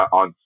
on